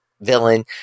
villain